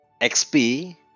XP